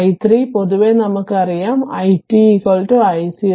അതിനാൽ i3 പൊതുവേ നമുക്കറിയാം i t tτ